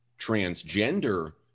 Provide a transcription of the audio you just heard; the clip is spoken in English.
transgender